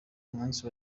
umunsi